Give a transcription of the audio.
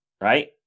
Right